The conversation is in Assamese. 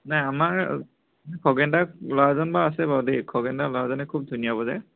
নাই আমাৰ খগেন দাৰ ল'ৰাজন বাৰু আছে বাৰু দেই খগেন দাৰ ল'ৰাজনে খুব ধুনীয়া বজায়